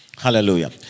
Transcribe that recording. Hallelujah